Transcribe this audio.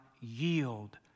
yield